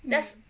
mm